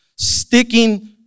sticking